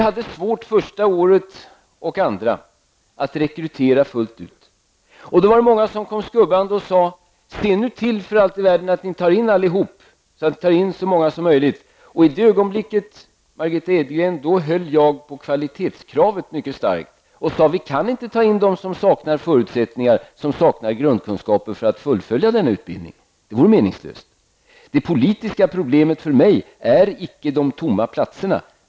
Vi hade svårt att rekrytera fullt ut första och andra året. Det var då många som kom skubbande och sade att se nu för allt i världen till att ni tar in alla, så att ni får in så många som möjligt. I det ögonblicket, Margitta Edgren, höll jag mycket starkt på kvalitetskravet och sade: Vi kan inte ta in dem som saknar förutsättningar, dem som saknar grundkunskaper för att fullfölja denna utbildning. Det vore meningslöst. Det politiska problemet är för mig inte de tomma platserna.